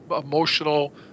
emotional